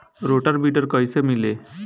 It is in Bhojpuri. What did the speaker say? रोटर विडर कईसे मिले?